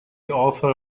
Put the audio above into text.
also